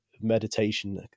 meditation